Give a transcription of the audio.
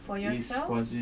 for yourself